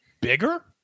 bigger